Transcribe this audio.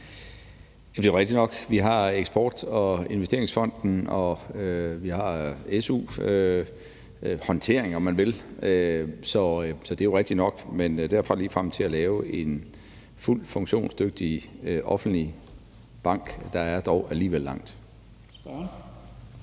Det er jo rigtigt nok, at vi har Danmarks Eksport- og Investeringsfond, og at vi har su-håndtering, om man vil. Så det er jo rigtigt nok, men derfra til ligefrem at lave en fuldt funktionsdygtig offentlig bank er der dog alligevel langt.